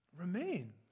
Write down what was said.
Remain